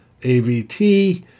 AVT